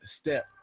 step